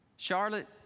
Charlotte